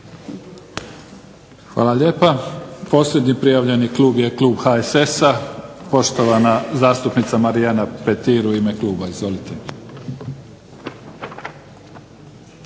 Hvala lijepa. Posljednji prijavljeni klub je klub HSS-a. poštovana zastupnica Marijana Petir u ime kluba. Izvolite.